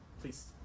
Please